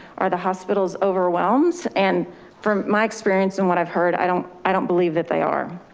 are the hospitals overwhelmed? and from my experience and what i've heard, i don't i don't believe that they are.